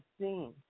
seen